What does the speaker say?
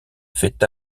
fait